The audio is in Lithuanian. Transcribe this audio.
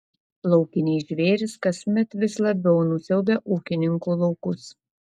laukiniai žvėrys kasmet vis labiau nusiaubia ūkininkų laukus